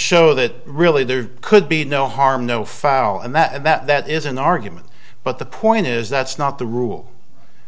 show that really there could be no harm no foul and that that is an argument but the point is that's not the rule